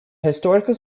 historical